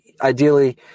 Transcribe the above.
ideally